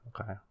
Okay